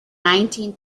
nineteen